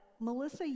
Melissa